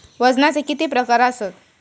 वजनाचे किती प्रकार आसत?